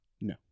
no